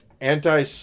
anti